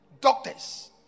doctors